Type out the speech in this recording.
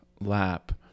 lap